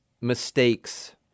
mistakes